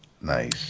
Nice